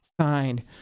signed